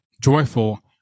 joyful